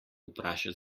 vpraša